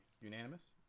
unanimous